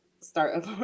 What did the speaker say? start